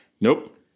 Nope